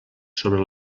sobre